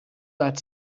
that